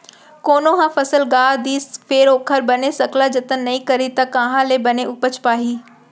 कोनो ह फसल गा दिस फेर ओखर बने सकला जतन नइ करही त काँहा ले बने उपज पाही